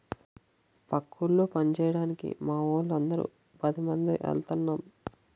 పక్క ఊళ్ళో పంచేయడానికి మావోళ్ళు అందరం పదిమంది ఎల్తన్నం